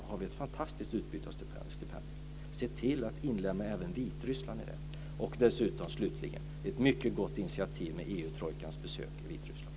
Där har vi ett fantastiskt utbyte av stipendier. Se till att inlemma även Vitryssland i detta. Slutligen vill jag säga att det är ett mycket gott initiativ med EU-trojkans besök i Vitryssland.